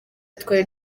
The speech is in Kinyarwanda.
twari